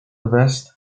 vast